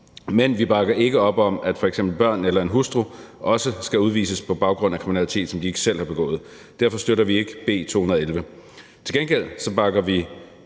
Men vi bakker ikke op om, at f.eks. børn eller en hustru også skal udvises på baggrund af kriminalitet, som de ikke selv har begået. Derfor støtter vi ikke B 211.